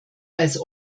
als